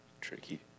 Tricky